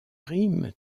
rimes